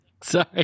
Sorry